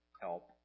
help